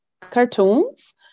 cartoons